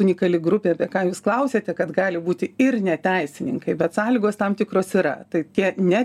unikali grupė apie ką jūs klausėte kad gali būti ir ne teisininkai bet sąlygos tam tikros yra tai tie ne